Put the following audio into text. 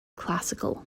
classical